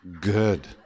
Good